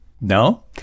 No